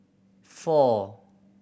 four